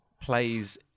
plays